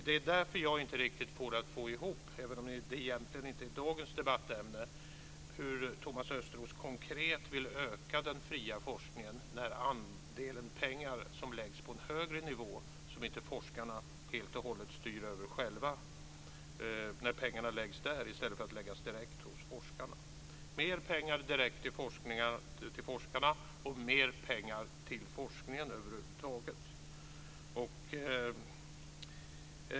Det är därför jag inte riktigt får det att gå ihop - även om det egentligen inte är dagens debattämne - hur Thomas Östros konkret vill öka den fria forskningen när pengarna läggs på en högre nivå som inte forskarna helt och hållet styr över själva i stället för att läggas direkt hos forskarna. Mer pengar direkt till forskarna och mer pengar till forskningen över huvud taget!